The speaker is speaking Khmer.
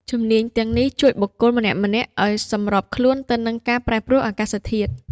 ជំនាញទាំងនេះជួយបុគ្គលម្នាក់ៗឱ្យសម្របខ្លួនទៅនឹងការប្រែប្រួលអាកាសធាតុ។